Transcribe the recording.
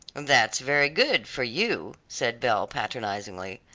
that's very good for you, said belle, patronizingly,